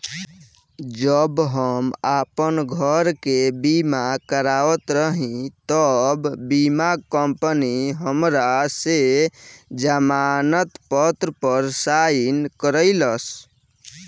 जब हम आपन घर के बीमा करावत रही तब बीमा कंपनी हमरा से जमानत पत्र पर साइन करइलस